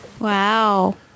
Wow